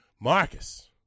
Marcus